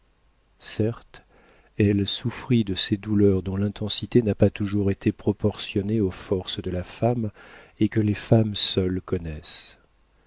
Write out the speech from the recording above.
certes elle souffrit de ces douleurs dont l'intensité n'a pas toujours été proportionnée aux forces de la femme et que les femmes seules connaissent